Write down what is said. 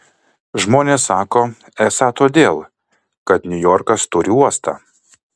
žmonės sako esą todėl kad niujorkas turi uostą